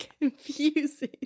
confusing